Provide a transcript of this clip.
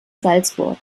salzburg